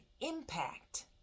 impact